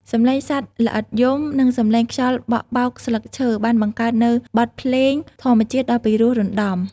សំឡេងសត្វល្អិតយប់ និងសំឡេងខ្យល់បក់បោកស្លឹកឈើ បានបង្កើតនូវបទភ្លេងធម្មជាតិដ៏ពិរោះរណ្តំ។